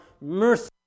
mercy